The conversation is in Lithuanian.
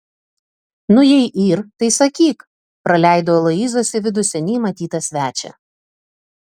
nu jei yr tai sakyk praleido aloyzas į vidų seniai matytą svečią